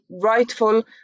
rightful